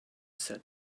said